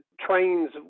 trains